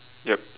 yup